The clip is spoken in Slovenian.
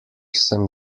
sem